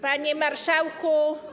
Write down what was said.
Panie Marszałku!